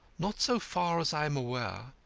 not so far as i am aware.